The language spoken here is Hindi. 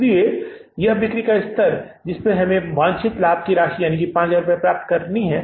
इसलिए यह बिक्री का स्तर है जिसे हमें लाभ की एक वांछित राशि प्राप्त करने के लिए प्राप्त करना है